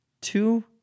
two